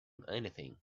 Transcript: anything